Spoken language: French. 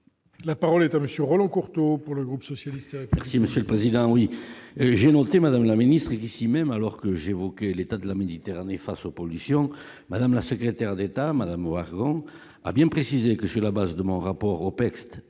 La parole est à monsieur Roland Courteau pour le groupe socialiste. Merci monsieur le président, oui j'ai noté Madame la ministre d'ici même, alors que j'évoquais l'État de la Méditerranée, face aux pollutions, madame la secrétaire d'État Madame Hoarau a bien précisé que sur la base de mon rapport Opecst